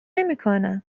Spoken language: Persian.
نمیکنم